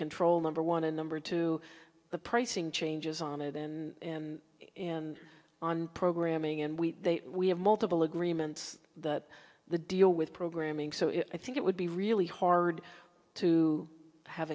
control number one and number two the pricing changes on it in and on programming and we we have multiple agreements that the deal with programming so it i think it would be really hard to have